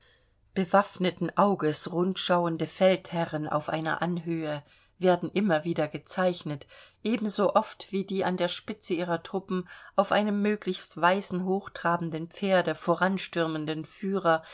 bewaffneten auges rundschauende feldherren auf einer anhöhe werden immer wieder gezeichnet ebenso oft wie die an der spitze ihrer truppen auf einem möglichst weißen hochtrabenden pferde voranstürmenden führer